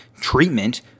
treatment